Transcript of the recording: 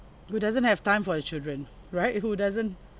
who doesn't have time for your children right who doesn't